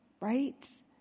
right